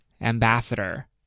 ambassador